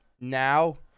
now